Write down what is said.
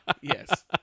Yes